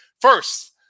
first